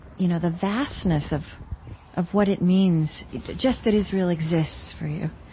you know the vastness of of what it means just that israel exists for you,